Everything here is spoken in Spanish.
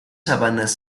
sabanas